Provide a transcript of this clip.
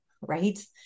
right